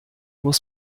muss